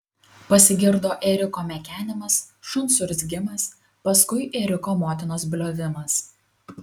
pasigirdo ėriuko mekenimas šuns urzgimas paskui ėriuko motinos bliovimas